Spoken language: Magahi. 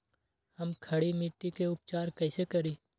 हम खड़ी मिट्टी के उपचार कईसे करी?